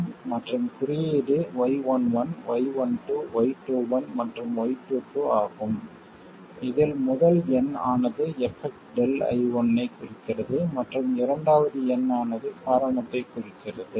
மற்றும் குறியீடு y11 y12 y21 மற்றும் y22 ஆகும் இதில் முதல் எண் ஆனது எபெக்ட் ΔI1 ஐக் குறிக்கிறது மற்றும் இரண்டாவது எண் ஆனது காரணத்தைக் குறிக்கிறது